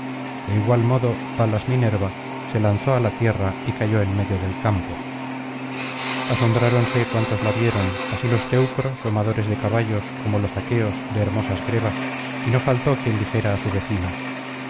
de igual modo palas minerva se lanzó á la tierra y cayó en medio del campo asombráronse cuantos la vieron así los teucros domadores de caballos como los aqueos de hermosas grebas y no faltó quien dijera á su vecino